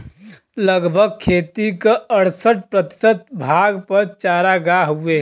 लगभग खेती क अड़सठ प्रतिशत भाग पर चारागाह हउवे